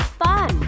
fun